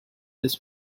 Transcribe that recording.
this